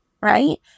right